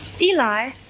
Eli